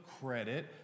credit